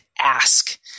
ask